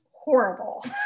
horrible